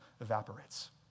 evaporates